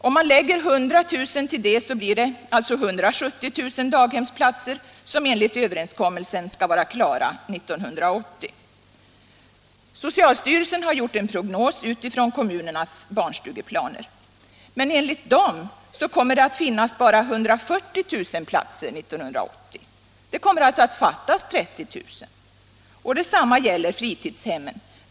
Om man lägger 100 000 till det så blir det alltså 170 000 daghemsplatser, som enligt överenskommelsen skall vara klara år 1980. Socialstyrelsen har gjort en prognos utifrån kommunernas barnstugeplaner. Men enligt den kommer det att finnas bara 140 000 platser 1980. Det kommer alltså att fattas 30 000 platser. Och detsamma gäller fritidshemmen.